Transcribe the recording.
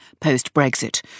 post-Brexit